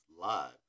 Live